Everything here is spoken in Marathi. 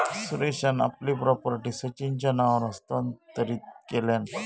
सुरेशान आपली प्रॉपर्टी सचिनच्या नावावर हस्तांतरीत केल्यान